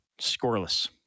scoreless